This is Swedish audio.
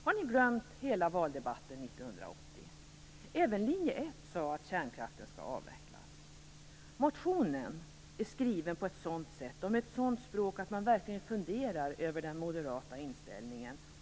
Har ni glömt hela valdebatten 1980? Även linje 1 sade att kärnkraften skall avvecklas. Motionen är skriven på ett sådant sätt och med ett sådant språk att man verkligen funderar över den moderata inställningen.